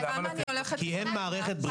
כמה אני הולכת לקבל?